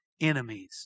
enemies